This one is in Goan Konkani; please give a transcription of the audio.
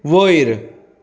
वयर